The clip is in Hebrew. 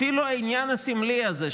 אפילו העניין הסמלי הזה,